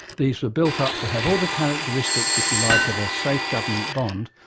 these were built up to have all the characteristics, if you like, of a safe government bond,